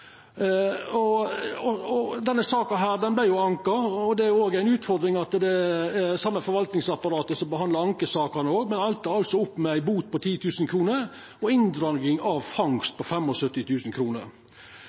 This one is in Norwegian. Denne saka vart anka, og det er ei utfordring at det er det same forvaltningsapparatet som behandlar ankesakene òg. Han enda opp med ein bot på 10 000 kr og inndraging av